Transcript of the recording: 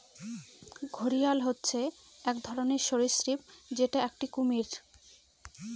ঘড়িয়াল হচ্ছে এক ধরনের সরীসৃপ যেটা একটি কুমির